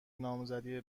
نامزدی